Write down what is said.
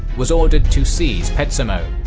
was ordered to seize petsamo,